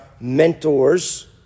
mentors